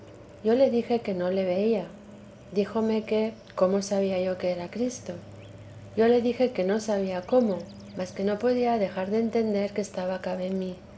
yo le dije que no le veía díjome que cómo sabia yo que era cristo yo le dije que no sabía cómo mas que no podía dejar de entender que estaba cabe mí